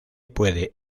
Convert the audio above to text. puede